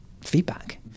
feedback